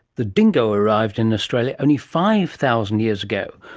the dingo arrived in australia only five thousand years ago,